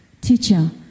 Teacher